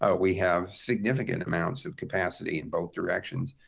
ah we have significant amounts of capacity in both directions.